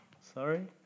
Sorry